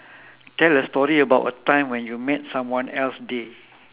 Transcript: tell a story about a time when you made someone else day